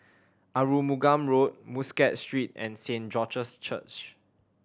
Arumugam Road Muscat Street and Saint George's Church